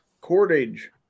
cordage